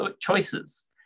choices